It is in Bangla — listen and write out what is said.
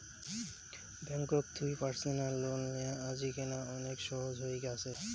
ব্যাঙ্ককোত থুই পার্সনাল লোন লেয়া আজিকেনা অনেক সহজ হই গ্যাছে